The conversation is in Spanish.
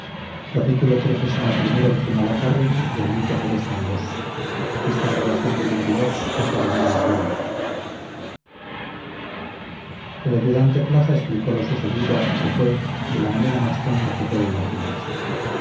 el ayudante plaza explicó lo sucedido que fue de la manera más tonta que puede imaginarse